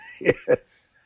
Yes